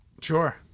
Sure